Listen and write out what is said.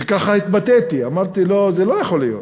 וככה התבטאתי, אמרתי לו: זה לא יכול להיות,